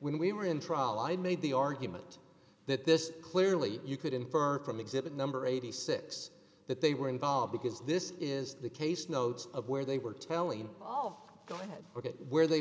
when we were in trial i made the argument that this clearly you could infer from exhibit number eighty six that they were involved because this is the case notes of where they were telling off go ahead or where they